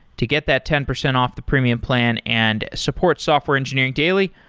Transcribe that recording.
to get that ten percent off the premium plan and support software engineering daily,